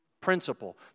principle